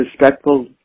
respectful